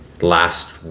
Last